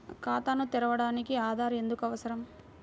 ఖాతాను తెరవడానికి ఆధార్ ఎందుకు అవసరం?